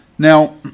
Now